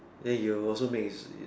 ya you'll also make is